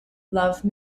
love